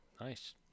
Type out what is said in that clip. Nice